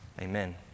Amen